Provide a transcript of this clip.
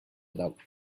dog